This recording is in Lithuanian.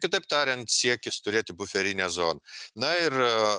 kitaip tariant siekis turėti buferinę zoną na ir